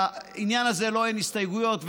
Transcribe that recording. לעניין הזה אין הסתייגויות.